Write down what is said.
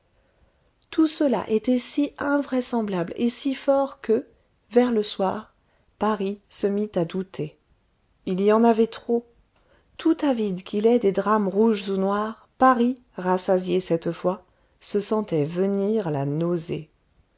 tout cela était si invraisemblable et si fort que vers le soir paris se mit à douter il y en avait trop tout avide qu'il est des drames rouges ou noirs paris rassasié cette fois se sentait venir la nausée